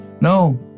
No